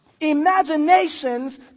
imaginations